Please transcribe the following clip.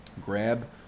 Grab